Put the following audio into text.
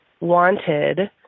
wanted